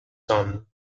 son